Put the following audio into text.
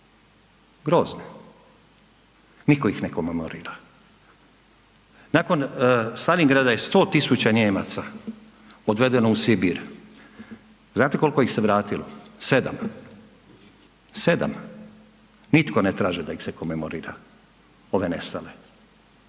Grozne. Niko ih ne komemorira. Nakon Staljingrada je 100.000 Nijemaca odvedeno u Sibir. Znate koliko ih se vratilo? Sedam. Nitko ne traži da ih se komemorira, ove nestale.